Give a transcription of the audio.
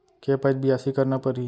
के पइत बियासी करना परहि?